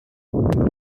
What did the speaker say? after